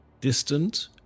distant